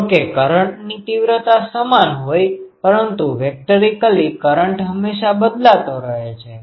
જો કે કરંટની તીવ્રતા સમાન હોય પરંતુ વેક્ટરિકલી કરંટ હંમેશા બદલાતો રહે છે